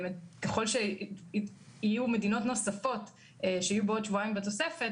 ככל שיהיו מדינות נוספות בעוד שבועיים בתוספת,